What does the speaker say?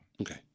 Okay